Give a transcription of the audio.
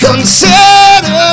Consider